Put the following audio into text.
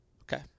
Okay